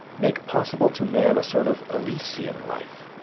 makes possible to man a sort of elysian life.